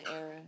era